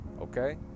Okay